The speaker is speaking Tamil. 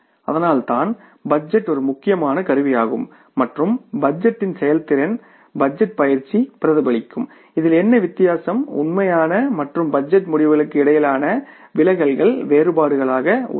அதனால்தான் பட்ஜெட் ஒரு முக்கியமான கருவியாகும் மற்றும் பட்ஜெட்டின் செயல்திறன் பட்ஜெட் பயிற்சி பிரதிபலிக்கும் இதில் என்ன வித்தியாசம் உண்மையான மற்றும் பட்ஜெட் முடிவுகளுக்கு இடையிலான விலகல்கள் வேறுபாடுகளாக உள்ளன